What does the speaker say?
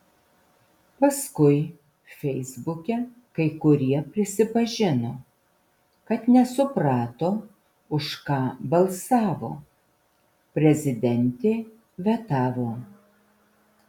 paskui feisbuke kai kurie prisipažino kad nesuprato už ką balsavo prezidentė vetavo